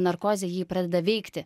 narkozė jį pradeda veikti